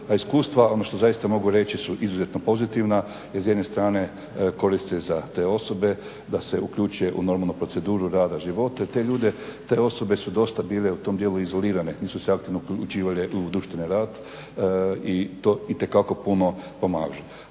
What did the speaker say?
iskustva ono što zaista mogu reći su izuzetno pozitivna jer s jedne strane koristi za te osobe da se uključe u normalnu proceduru rada života. I ti ljudi, te osobe su dosta bile u tom dijelu izolirane, nisu se aktivno uključivale u društveni rad i to itekako puno pomaže.